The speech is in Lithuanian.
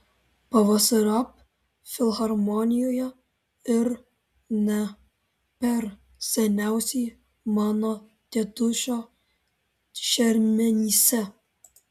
pavasariop filharmonijoje ir ne per seniausiai mano tėtušio šermenyse